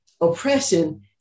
oppression